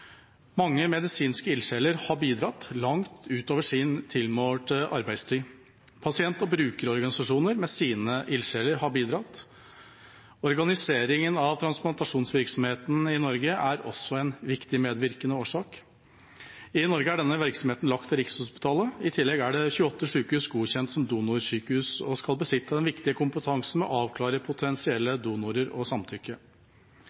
Mange medisinske ildsjeler har bidratt langt utover sin tilmålte arbeidstid. Pasient- og brukerorganisasjoner med sine ildsjeler har bidratt. Organiseringen av transplantasjonsvirksomheten i Norge er også en viktig medvirkende årsak. I Norge er denne virksomheten lagt til Rikshospitalet. I tillegg er 28 sykehus godkjent som donorsykehus, og skal besitte den viktige kompetansen med å avklare potensielle donorer og samtykke.